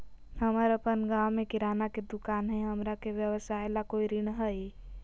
हमर अपन गांव में किराना के दुकान हई, हमरा के व्यवसाय ला कोई ऋण हई?